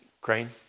Crane